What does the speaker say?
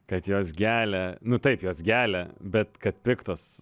kad jos gelia nu taip jos gelia bet kad piktos